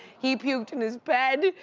he puked in his bed,